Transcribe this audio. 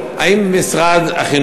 אני שואל את זה במסגרת השאילתה הזאת.